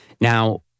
Now